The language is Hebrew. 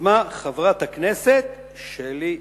שיזמה חברת הכנסת שלי יחימוביץ.